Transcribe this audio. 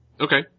Okay